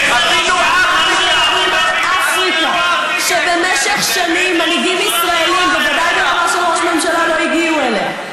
אני אשמח להציג את ההישגים שלנו בקדנציה הזאת.